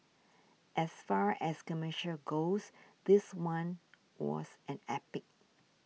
as far as commercials goes this one was an epic